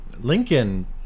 lincoln